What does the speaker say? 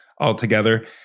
altogether